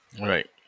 Right